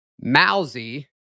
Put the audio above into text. Mousy